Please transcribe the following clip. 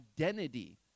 identity